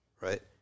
right